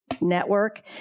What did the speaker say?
network